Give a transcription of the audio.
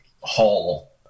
hall